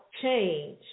change